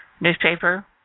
newspaper